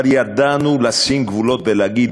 אבל ידענו לשים גבולות ולהגיד: